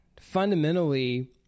fundamentally